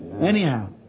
Anyhow